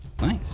Nice